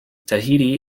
tahiti